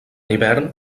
hivern